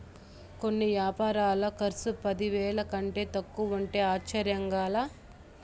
కొన్ని యాపారాల కర్సు పదివేల కంటే తక్కువంటే ఆశ్చర్యంగా లా